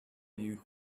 you